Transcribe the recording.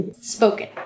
spoken